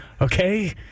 okay